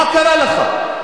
מה קרה לך?